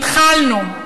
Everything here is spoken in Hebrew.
התחלנו.